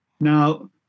Now